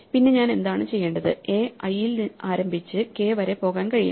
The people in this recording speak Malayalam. പിന്നെ ഞാൻ എന്താണ് ചെയ്യേണ്ടത് a i ൽ ആരംഭിച്ച് k വരെ പോകാൻ കഴിയും